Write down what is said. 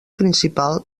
principal